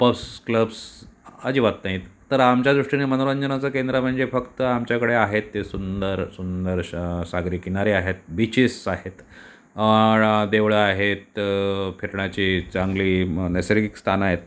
pubs clubs अजिबात नाही आहेत तर आमच्या दृष्टीनं मनोरंजनाचं केंद्र म्हणजे फक्त आमच्याकडे आहेत ते सुंदर सुंदर अशा सागरी किनारे आहेत बीचेस आहेत ण देवळं आहेत फिरण्याची चांगली मं नैसर्गिक स्थानं आहेत